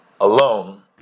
alone